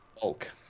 Bulk